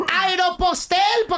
aeropostel